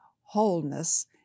wholeness